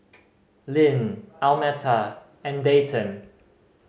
Lynne Almeta and Dayton